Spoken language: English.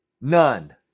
none